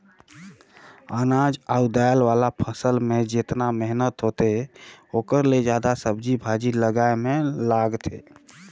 अनाज अउ दायल वाला फसल मे जेतना मेहनत होथे ओखर ले जादा सब्जी भाजी लगाए मे लागथे